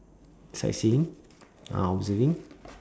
sightseeing uh observing